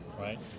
right